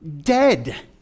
Dead